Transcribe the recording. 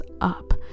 up